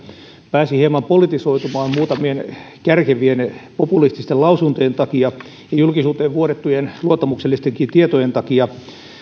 pääsi hieman politisoitumaan muutamien kärkevien populististen lausuntojen ja julkisuuteen vuodettujen luottamuksellistenkin tietojen takia